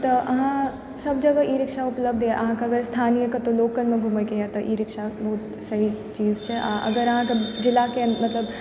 तऽ अहाँ सब जगह ई रिक्शा उपलब्ध यऽ अहाँके अगर स्थानीय कतौ लोकलमे घुमयके यऽ तऽ ई रिक्शा बहुत सही चीज छै आओर अगर अहाँके जिलाके